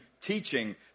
teaching